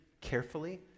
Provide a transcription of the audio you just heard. carefully